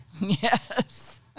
Yes